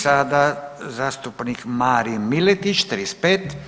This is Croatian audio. I sada zastupnik Marin Miletić 35.